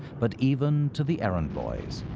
but even to the errand boys,